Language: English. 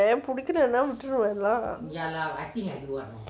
பிடிக்கல னா விட்டுருவேன்:pidikkalana vitturuven lah